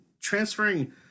transferring